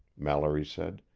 mallory said.